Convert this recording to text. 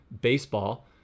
baseball